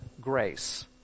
grace